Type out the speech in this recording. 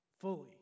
fully